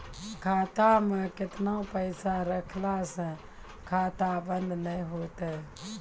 खाता मे केतना पैसा रखला से खाता बंद नैय होय तै?